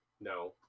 No